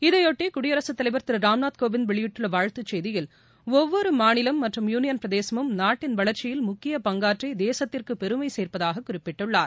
இதைபொட்டி குடியரகத் தலைவர் திரு ராம்நாத் கோவிந்த் வெளியிட்டுள்ள வாழ்த்துச் செய்தியில் ஒவ்வொரு மாநிலம் மற்றும் யூனியன் பிரதேசமும் நாட்டின் வளர்ச்சியில் முக்கிய பங்காற்றி தேசத்திற்கு பெருமை சேர்ப்பதாக குறிப்பிட்டுள்ளார்